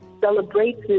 celebrates